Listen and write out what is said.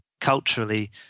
Culturally